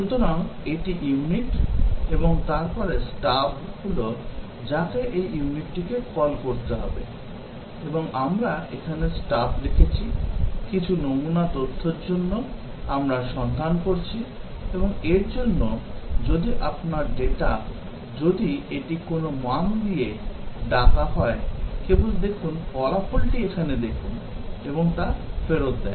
সুতরাং এটি ইউনিট এবং তারপরে স্টাব হল যাকে এই ইউনিটটিকে কল করতে হবে এবং আমরা এখানে স্টাব লিখেছি কিছু নমুনা তথ্যর জন্য আমরা সন্ধান করছি এবং এর জন্য যদি আপনার ডেটা যদি এটি কোনও মান দিয়ে ডাকা হয় কেবল দেখুন ফলাফলটি এখানে দেখুন এবং তা ফেরত দেয়